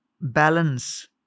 balance